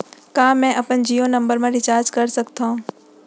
का मैं अपन जीयो नंबर म रिचार्ज कर सकथव?